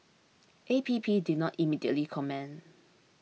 A P P did not immediately comment